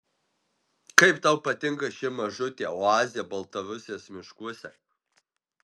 kaip tau patinka ši mažutė oazė baltarusijos miškuose